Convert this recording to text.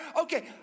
Okay